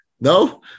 no